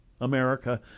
America